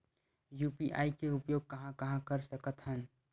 UPI के उपयोग कहां कहा कर सकत हन?